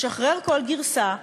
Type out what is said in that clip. לשחרר כל גרסה,